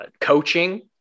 coaching